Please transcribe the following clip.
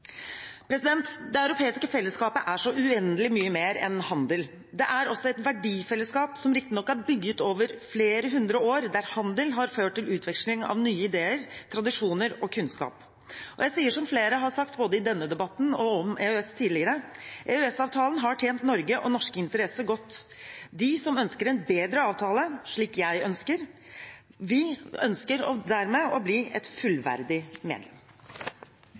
det bordet. Det europeiske fellesskapet er så uendelig mye mer enn handel. Det er også et verdifellesskap, som riktignok er bygget over flere hundre år, der handel har ført til utveksling av nye ideer, tradisjoner og kunnskap. Jeg sier som flere har sagt om EØS, både i denne debatten og tidligere: EØS-avtalen har tjent Norge og norske interesser godt. De som ønsker en bedre avtale, slik jeg ønsker, ønsker dermed å bli et fullverdig medlem.